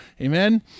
Amen